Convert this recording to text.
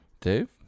Dave